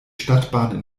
stadtbahn